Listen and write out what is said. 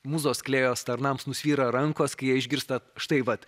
mūzos klėjos tarnams nusvyra rankos kai jie išgirsta štai vat